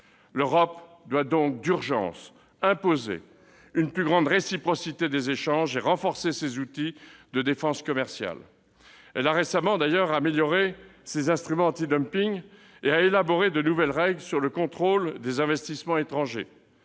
L'Europe doit donc d'urgence imposer une plus grande réciprocité des échanges et renforcer ses outils de défense commerciale. D'ailleurs, elle a récemment amélioré ses instruments antidumping, et elle a élaboré de nouvelles règles pour le contrôle des investissements étrangers.